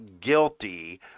guilty